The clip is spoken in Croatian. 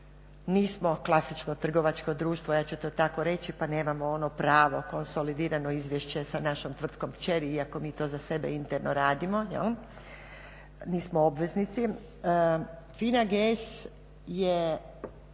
nismo klasično trgovačko društvo ja ću to tako reći, pa nemamo ono pravo konsolidirano izvješće sa našom tvrtkom kćeri iako mi to za sebe interno radimo, nismo obveznici. FINA GS je